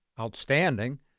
outstanding